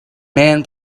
man